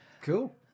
Cool